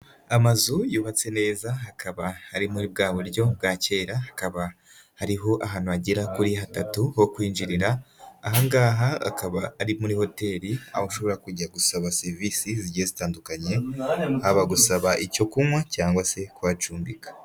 Amazu yubatse neza hakaba hari muri bwa buryo bwa kera, hakaba hariho ahantu hagera kuri hatatu ho kwinjirira, hangaha hakaba ari muri hoteli, aho ushobora kujya gusaba serivisi zigiye zitandukanye, haba gusababa icyo kunywa cyangwa se kuhacumbika.